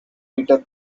peter